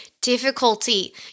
difficulty